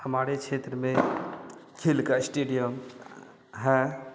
हमारे छेत्र में खेल का स्टेडियम है